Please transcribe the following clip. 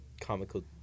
comical